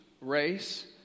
race